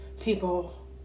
people